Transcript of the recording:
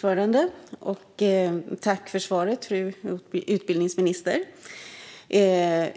Fru talman! Även